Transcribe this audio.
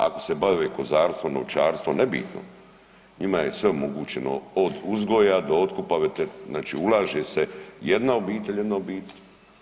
Ako se bave kozarstvom, ovčarstvom, nebitno, njima je sve omogućeno, od uzgoja do otkupa, znači ulaže se, jedna obitelj, jedna obitelj.